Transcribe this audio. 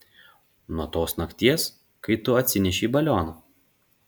nuo tos nakties kai tu atsinešei balioną